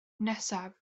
nesaf